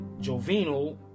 Jovino